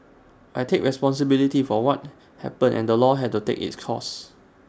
I take responsibility for what happened and the law has to take its course